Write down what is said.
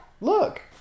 Look